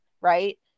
right